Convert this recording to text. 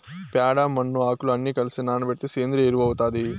ప్యాడ, మన్ను, ఆకులు అన్ని కలసి నానబెడితే సేంద్రియ ఎరువు అవుతాది